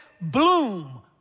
Bloom